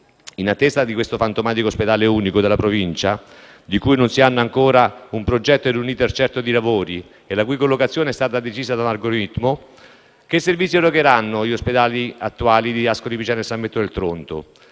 In attesa di questo fantomatico ospedale unico della Provincia, di cui non si hanno ancora un progetto e un *iter* certo di lavori e la cui collocazione è stata decisa da un algoritmo, che servizi erogheranno gli attuali ospedali di Ascoli Piceno e di San Benedetto del Tronto?